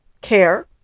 care